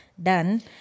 done